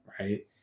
Right